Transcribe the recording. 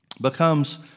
becomes